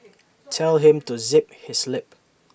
tell him to zip his lip